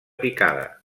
picada